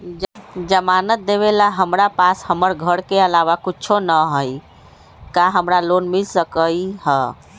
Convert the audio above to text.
जमानत देवेला हमरा पास हमर घर के अलावा कुछो न ही का हमरा लोन मिल सकई ह?